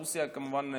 רוסיה כמובן,